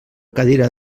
cadira